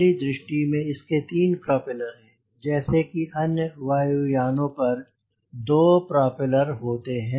पहली दृष्टि में इसके 3 प्रोपेलर हैं जैसे कि अन्य वायु यानों पर 2 प्रोपेलर होते हैं